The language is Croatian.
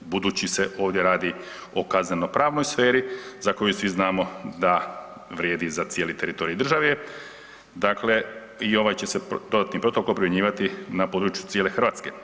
Budući se ovdje radi o kazneno-pravnoj sferi, za koju svi znamo da vrijedi za cijeli teritorij države, dakle i ovaj će se dodatni protokol primjenjivati na području cijele Hrvatske.